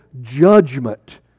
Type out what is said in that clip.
judgment